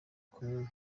kumwe